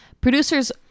Producers